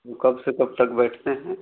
वो कब से कब तक बैठते हैं